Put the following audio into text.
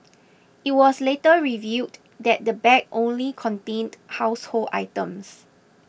it was later revealed that the bag only contained household items